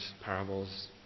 parables